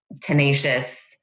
tenacious